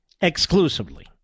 Exclusively